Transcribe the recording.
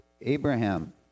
Abraham